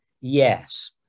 yes